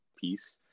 piece